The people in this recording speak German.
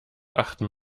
achten